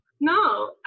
No